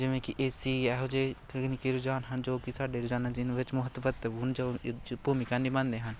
ਜਿਵੇਂ ਕਿ A C ਐਹੋ ਜਿਹੇ ਤਕਨੀਕੀ ਰੁਝਾਨ ਹਨ ਜੋ ਕਿ ਸਾਡੇ ਰੋਜ਼ਾਨਾ ਜੀਵਨ ਵਿੱਚ ਬਹੁਤ ਮਹੱਤਵਪੂਰਨ ਭੂਮਿਕਾ ਨਿਭਾਉਂਦੇ ਹਨ